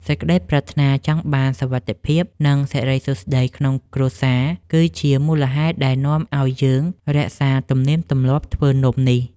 សេចក្ដីប្រាថ្នាចង់បានសុវត្ថិភាព និង សិរីសួស្ដីក្នុងគ្រួសារគឺជាមូលហេតុដែលនាំឱ្យយើងរក្សាទំនៀមទម្លាប់ធ្វើនំនេះ។